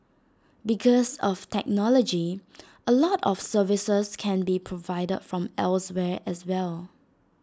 because of technology A lot of services can be provided from elsewhere as well